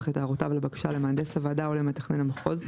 את הערותיו לבקשה למהנדס הוועדה או למתכנן המחוז,